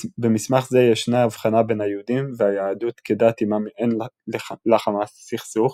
במסמך זה ישנה הבחנה בין היהודים והיהדות כדת עימם אין לחמאס סכסוך,